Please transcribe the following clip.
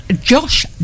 josh